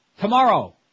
Tomorrow